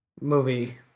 movie